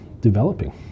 developing